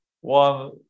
one